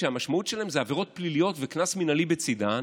שהמשמעויות שלהן זה עבירות פליליות וקנס מינהלי בצידן,